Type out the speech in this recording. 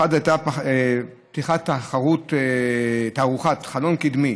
באחד הייתה פתיחת התערוכה חלון קדמי,